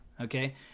Okay